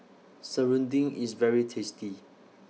Serunding IS very tasty